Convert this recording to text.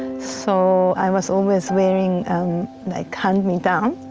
so i was always wearing like hand-me-downs.